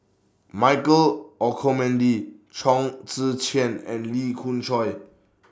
Michael Olcomendy Chong Tze Chien and Lee Khoon Choy